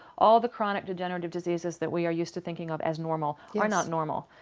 all of the chronic degenerative diseases that we are used to thinking of as normal are not normal.